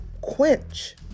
quench